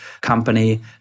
company